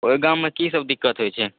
ओहि गाममे की सभ दिक़्क़त होइ छै